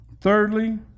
Thirdly